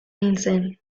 nintzen